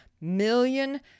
million